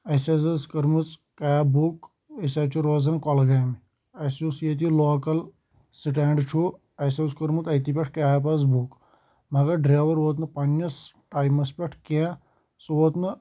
اَسہِ حظ ٲس کٔرمٕژ کیب بُک أسۍ حظ چھِ روزان کۄلگامہِ اَسہِ یُس ییٚتہِ لوکَل سٹینٛڈ چھُ اَسہِ اوس کوٚرمُت اَتی پٮ۪ٹھ کیب حظ بُک مگر ڈرٛیوَر ووت نہٕ پنٛنِس ٹایمَس پٮ۪ٹھ کینٛہہ سُہ ووت نہٕ